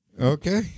Okay